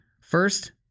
first